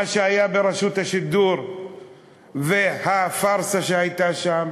מה שהיה ברשות השידור והפארסה שהייתה שם,